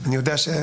אני יודע שזו